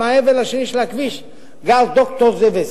שם מהעבר השני של הכביש גר דוקטור זה וזה,